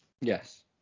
Yes